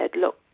Look